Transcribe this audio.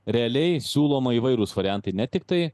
realiai siūloma įvairūs variantai ne tiktai